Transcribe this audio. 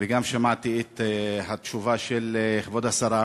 וגם שמעתי את התשובה של כבוד השרה.